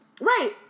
Right